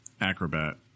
acrobat